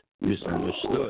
misunderstood